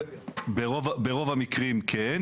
ברוב המקרים, כן.